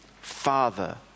Father